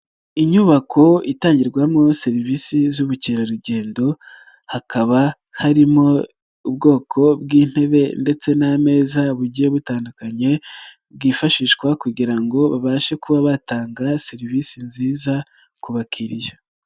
Inyubako itangirwamo serivisi z'ubukerarugendo, hakaba harimo ubwoko bw'intebe ndetse n'ameza bugiye butandukanye, bwifashishwa kugira ngo babashe kuba batanga serivisi nziza ku bakiriya.